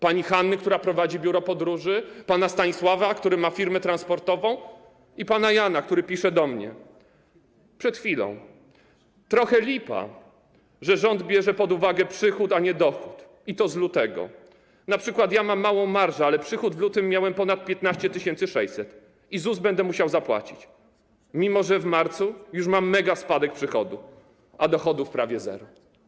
Pani Hanny, która prowadzi biuro podróży, pana Stanisława, który ma firmę transportowa, i pana Jana, który napisał do mnie przed chwilą: trochę lipa, że rząd bierze pod uwagę przychód, a nie dochód, i to z lutego, np. ja mam małą marżę, ale przychód w lutym miałem ponad 15 600 i ZUS będę musiał zapłacić, mimo że w marcu już mam megaspadek przychodu, a dochodów prawie zero.